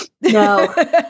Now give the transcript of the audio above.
No